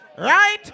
Right